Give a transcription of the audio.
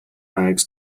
bags